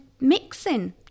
mixing